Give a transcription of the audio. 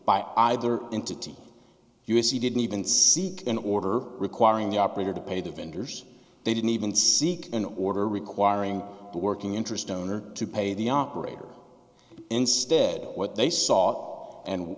by either entity us he didn't even seek an order requiring the operator to pay the vendors they didn't even seek an order requiring the working interest owner to pay the operator instead what they saw and